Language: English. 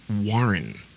Warren